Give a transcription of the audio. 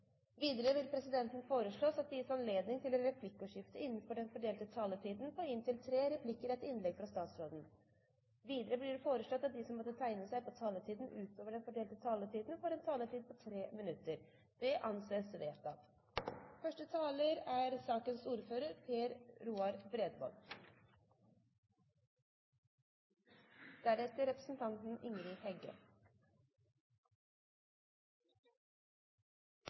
Videre vil presidenten foreslå at det gis anledning til replikkordskifte på inntil tre replikker med svar etter innlegget fra statsråden innenfor den fordelte taletid. Videre blir det foreslått at de som måtte tegne seg på talerlisten utover den fordelte taletid, får en taletid på inntil 3 minutter. – Det anses vedtatt. Det er